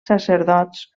sacerdots